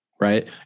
right